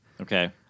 Okay